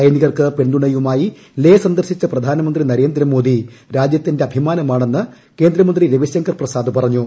സൈനികർക്ക് പിന്തുണയുമായി ലേ സന്ദർശിച്ച പ്രധാനമന്ത്രി നരേന്ദ്രമോദി രാജ്യത്തിന്റെ അഭിമാനമാണെന്ന് കേന്ദ്രമന്ത്രി രവിശങ്കർ പ്രസാദ് പറഞ്ഞു